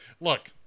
Look